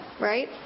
right